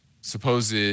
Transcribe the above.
supposed